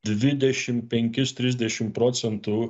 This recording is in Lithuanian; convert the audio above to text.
dvidešim penkis trisdešim procentų